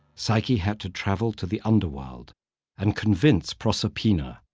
psyche had to travel to the underworld and convince proserpina,